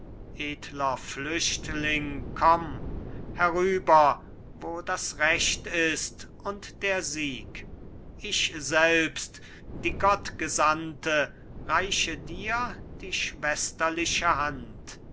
edler flüchtling komm herüber wo das recht ist und der sieg ich selbst die gottgesandte reiche dir die schwesterliche hand